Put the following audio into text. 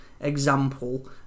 example